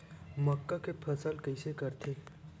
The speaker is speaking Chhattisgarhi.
मक्का के फसल कइसे करथे?